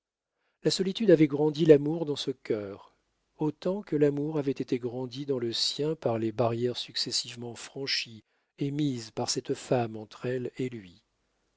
la solitude avait grandi l'amour dans ce cœur autant que l'amour avait été grandi dans le sien par les barrières successivement franchies et mises par cette femme entre elle et lui